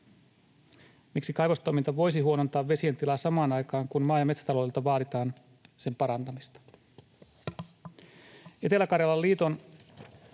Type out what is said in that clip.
Miksi kaivostoiminta voisi huonontaa vesien tilan samaan aikaan, kun maa- ja metsätaloudelta vaaditaan sen parantamista?